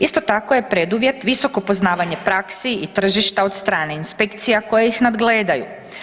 Isto tako je preduvjet visoko poznavanje praksi i tržišta od strane inspekcija koje ih nadgledaju.